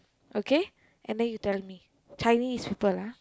okay then you tell me Chinese people ah